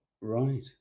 right